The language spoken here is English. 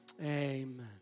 amen